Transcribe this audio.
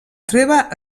treva